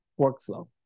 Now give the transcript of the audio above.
workflow